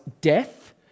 death